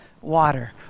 water